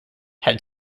had